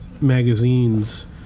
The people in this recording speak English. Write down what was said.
magazines